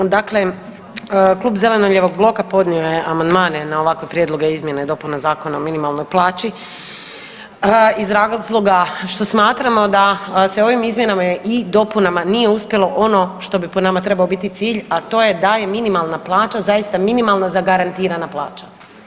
Dakle, Klub zeleno-lijevog bloka podnio je amandmane na ovakve prijedloge izmjene i dopune Zakona o minimalnoj plaći iz razloga što smatramo da se ovim izmjenama i dopunama nije uspjelo ono što bi po nama trebao biti cilj, a to je minimalna plaća zaista minimalna zagarantirana plaća.